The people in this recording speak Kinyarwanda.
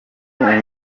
urugero